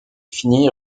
finit